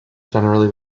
generally